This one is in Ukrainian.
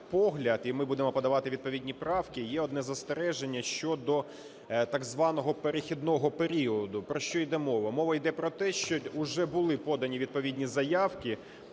і ми будемо подавати відповідні правки, є одне застереження щодо так званого перехідного періоду. Про що йде мова? Мова іде про те, що уже були подані відповідні заявки